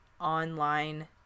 online